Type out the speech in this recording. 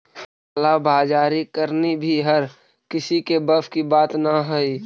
काला बाजारी करनी भी हर किसी के बस की बात न हई